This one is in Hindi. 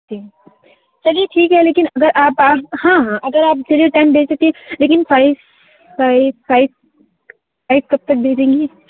जी चलिए ठीक है लेकिन अगर आप आप हाँ हाँ अगर आप चलिए टेन दे सकती है लेकिन फाइव फाइव फाइव कब तक दे देंगी